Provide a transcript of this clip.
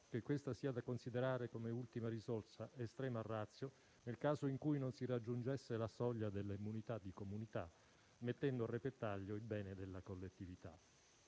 che esso sia da considerarsi come ultima risorsa ed *extrema ratio* nel caso in cui non si raggiungesse la soglia dell'immunità di comunità, mettendo a repentaglio il bene della collettività.